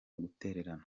gutererana